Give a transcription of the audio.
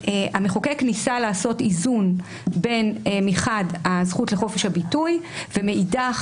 המחוקק ניסה לעשות איזון בין הזכות לחופש הביטוי מחד ומאידך,